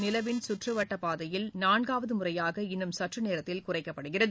நிலவின் சுற்றுவட்டப் பாதையில் நான்காவது முறையாக இன்னும் சற்றுநேரத்தில் குறைக்கப்படுகிறது